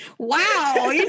wow